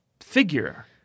figure